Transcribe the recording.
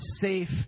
safe